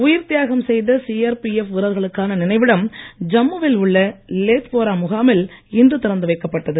உயிர்த் தியாகம் செய்த சிஆர்பிஎப் வீரர்களுக்கான நினைவிடம் ஜம்மு வில் லேத்போரா முகாமில் இன்று திறந்து வைக்கப்பட்டது